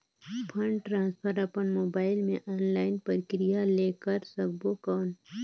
Fund transfer अपन mobile मे online प्रक्रिया ले कर सकबो कौन?